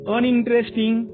Uninteresting